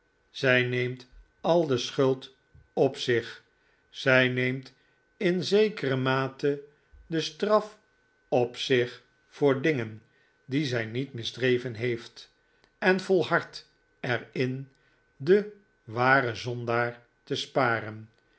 zij neemt al de schuld op zich zij neemt in zekere mate de straf op zich voor dingen die zij niet misdreven heeft en volhardt er in den waren zondaar te sparen